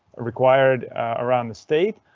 required around the state,